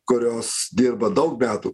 kurios dirba daug metų